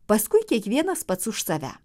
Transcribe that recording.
paskui kiekvienas pats už save